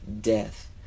death